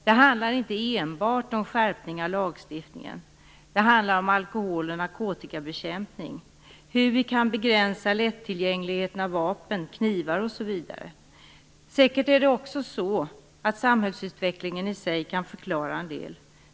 Det handlar inte enbart om skärpningar av lagstiftningen, utan det handlar också om alkohol och narkotikabekämpning och om hur vi kan begränsa lättillgängligheten till vapen, knivar osv. Säkerligen kan också samhällsutvecklingen i sig förklara en del.